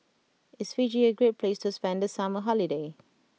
is Fiji a great place to spend the summer holiday